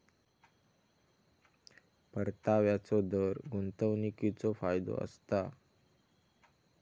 परताव्याचो दर गुंतवणीकीचो फायदो असता